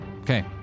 Okay